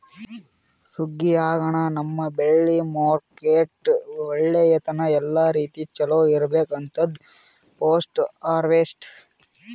ಸುಗ್ಗಿ ಆಗನ ನಮ್ಮ್ ಬೆಳಿ ಮಾರ್ಕೆಟ್ಕ ಒಯ್ಯತನ ಎಲ್ಲಾ ರೀತಿ ಚೊಲೋ ಇರ್ಬೇಕು ಅಂತದ್ ಪೋಸ್ಟ್ ಹಾರ್ವೆಸ್ಟ್